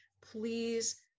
please